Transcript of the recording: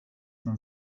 man